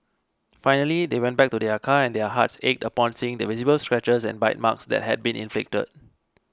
finally they went back to their car and their hearts ached upon seeing the visible scratches and bite marks that had been inflicted